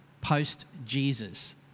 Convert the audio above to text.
post-Jesus